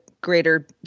greater